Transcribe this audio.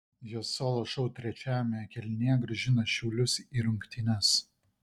jo solo šou trečiajame kėlinyje grąžino šiaulius į rungtynes